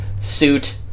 suit